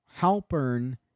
Halpern